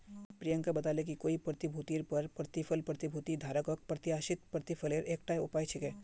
प्रियंका बताले कि कोई प्रतिभूतिर पर प्रतिफल प्रतिभूति धारकक प्रत्याशित प्रतिफलेर एकता उपाय छिके